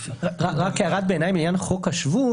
רק הערת ביניים לעניין חוק השבות.